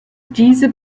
diese